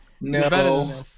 No